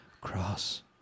cross